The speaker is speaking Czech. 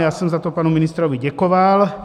Já jsem za to panu ministrovi děkoval.